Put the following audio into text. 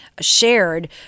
shared